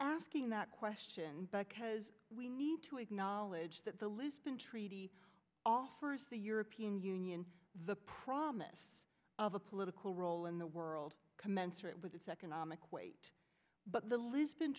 asking that question because we need to acknowledge that the lisbon treaty offers the european union the promise of a political role in the world commensurate with its economic weight but the l